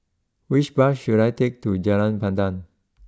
which bus should I take to Jalan Pandan